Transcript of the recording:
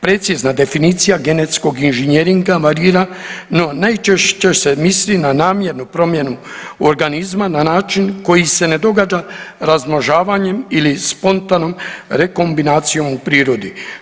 Precizna definicija genetskog inženjeringa varira no najčešće se misli na namjernu promjenu organizma na način koji se ne događa razmnožavanjem ili spontanom rekombinacijom u prirodi.